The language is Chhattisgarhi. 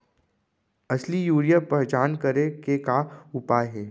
असली यूरिया के पहचान करे के का उपाय हे?